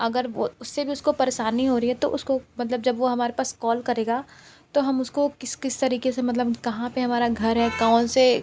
अगर वो उससे भी उसको परेशानी हो रही है तो उसको मतलब जब वो हमारे पास कॉल करेगा तो हम उसको किस किस तरीके से मतलब कहाँ पे हमारा घर है कौन से